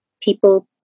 people